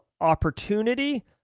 opportunity